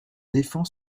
défend